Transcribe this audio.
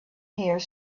here